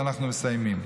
אנחנו מסיימים.